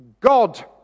God